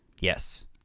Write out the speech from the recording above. Yes